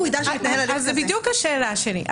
זו בדיוק השאלה שלי.